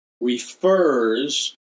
refers